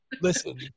Listen